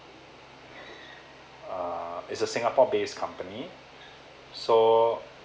uh it's a singapore based company so